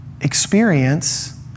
experience